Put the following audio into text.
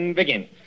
begin